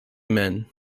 men